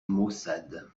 maussade